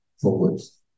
forwards